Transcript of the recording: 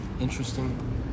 Interesting